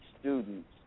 students